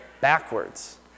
backwards